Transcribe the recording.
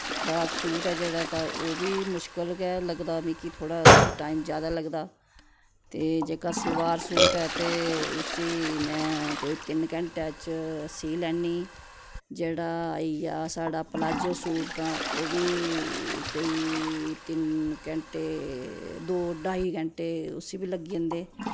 frock suit ऐ जेह्ड़ा ता ओह् बी मुश्कल गै लगदा मिगी थोह्ड़ा उस्सी टाइम ज्यादे लगदा ते जेह्का सलवार सूट ऐ ते उस्सी में कोई तिन्न घैंटे च सी लैनी जेह्ड़ा आई आ साढ़ा प्लाजो सूट ता ओह् बी कोई तिन्न घैंटे दो ढाई घैंटे उस्सी बी लग्गी जन्दे